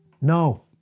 No